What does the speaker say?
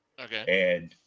Okay